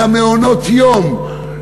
למעונות-היום,